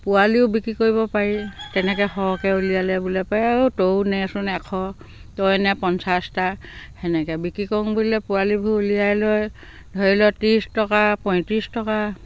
পোৱালিও বিক্ৰী কৰিব পাৰি তেনেকৈ সৰহকৈ উলিয়ালে বোলে পায় তইয়ো নেচোন এশ তই নে পঞ্চাছটা সেনেকৈ বিক্ৰী কৰোঁ বুলিলে পোৱালিবোৰ উলিয়াই লৈ ধৰি লওক ত্ৰিছ টকা পঁয়ত্ৰিছ টকা